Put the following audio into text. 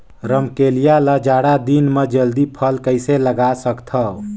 रमकलिया ल जाड़ा दिन म जल्दी फल कइसे लगा सकथव?